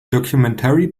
documentary